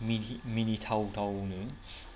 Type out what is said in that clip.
मिनिथावथावनो